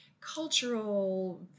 cultural